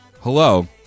Hello